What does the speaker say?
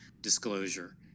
disclosure